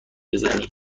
بزنی